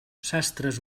sastres